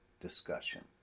discussion